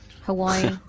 Hawaii